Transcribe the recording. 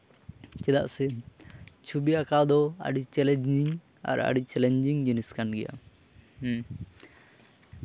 ᱪᱮᱫᱟᱜ ᱥᱮ ᱪᱷᱚᱵᱤ ᱟᱸᱠᱟᱣ ᱫᱚ ᱟᱹᱰᱤ ᱪᱮᱞᱮᱧᱡᱤᱝ ᱟᱨ ᱟᱹᱰᱤ ᱪᱮᱞᱮᱧᱡᱤᱝ ᱡᱤᱱᱤᱥ ᱠᱟᱱ ᱜᱮᱭᱟ ᱦᱮᱸ